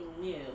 new